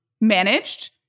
managed